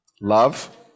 Love